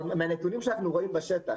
אבל מהנתונים שאנחנו רואים בשטח